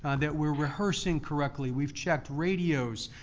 ah that we're rehearsing correctly. we've checked radios,